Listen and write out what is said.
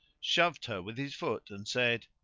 shoved her with his foot and said,